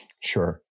Sure